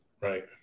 Right